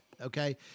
okay